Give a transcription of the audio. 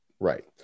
Right